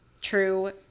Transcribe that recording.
True